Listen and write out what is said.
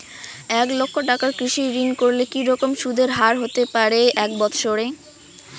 এক লক্ষ টাকার কৃষি ঋণ করলে কি রকম সুদের হারহতে পারে এক বৎসরে?